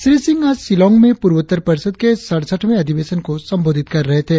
श्री सिंह आज शिलांग में पूर्वोत्तर परिषद के सड़सठवें अधिवेशन को संबोधित कर रहे थे